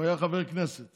כשהיה חבר כנסת